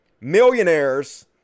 Millionaires